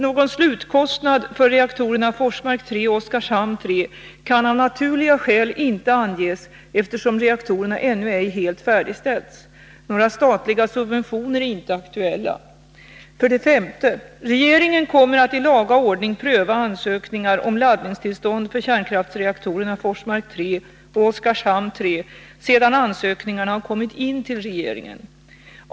Någon slutkostnad för reaktorerna Forsmark 3 och Oskarshamn 3 kan av naturliga skäl inte anges eftersom reaktorerna ännu ej helt färdigställts. Några statliga subventioner är inte aktuella. 5. Regeringen kommer att i laga ordning pröva ansökningar om laddningstillstånd för kärnkraftsreaktorerna Forsmark 3 och Oskarshamn 3 sedan ansökningarna har kommit in till regeringen.